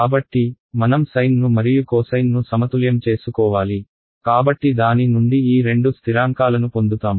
కాబట్టి మనం సైన్ ను మరియు కోసైన్ ను సమతుల్యం చేసుకోవాలి కాబట్టి దాని నుండి ఈ రెండు స్థిరాంకాలను పొందుతాము